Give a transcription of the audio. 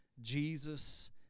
Jesus